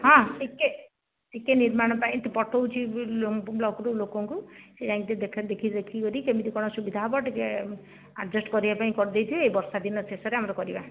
ହଁ ଟିକେ ଟିକେ ନିର୍ମାଣ ପାଇଁ ତ ପଠାଉଛି ବ୍ଲକରୁ ଲୋକଙ୍କୁ ସେ ଯାଇକି ଟିକେ ଦେଖା ଦେଖି ଦେଖି କରି କେମିତି କଣ ସୁବିଧା ହେବ ଟିକେ ଆଡ଼ଜଷ୍ଟ କରିବା ପାଇଁ କରିଦେଇଛି ଏହି ବର୍ଷା ଦିନ ଶେଷରେ ଆମର କରିବା